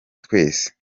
twese